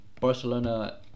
Barcelona